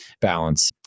balance